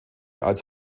als